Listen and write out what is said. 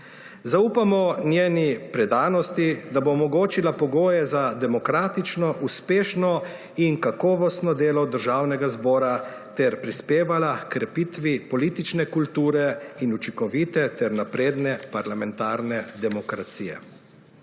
Zaupamo njeni predanosti, da bo omogočila pogoje za demokratično, uspešno in kakovostno delo Državnega zbora ter prispevala h krepitvi politične kulture in učinkovite ter napredne parlamentarne demokracije.